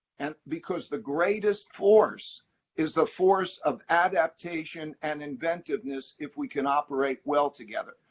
and because the greatest force is the force of adaptation and inventiveness, if we can operate well together.